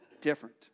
different